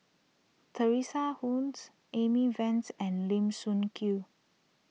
Teresa Hsu's Amy Van's and Lim Sun Gee